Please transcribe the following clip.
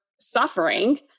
suffering